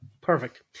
Perfect